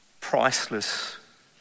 priceless